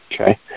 okay